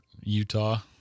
Utah